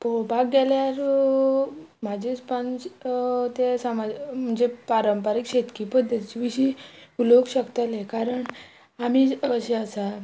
पोळोवपाक गेल्यार म्हाज्या हिसबान ते म्हणजे पारंपारीक शेतकी पद्दती विशीं उलोवंक शकतलें कारण आमी अशें आसा